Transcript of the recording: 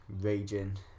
Raging